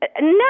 No